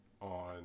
on